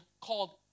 called